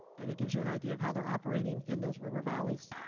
and it gives you an idea of how they are operating in those river valleys